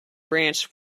branch